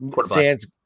Sands